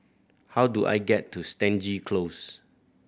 how do I get to Stangee Close